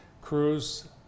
Crews